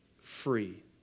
free